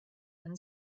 when